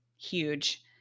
huge